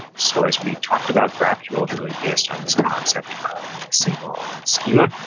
so as we talked about, graphql is really based on this concept of a single schema.